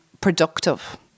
productive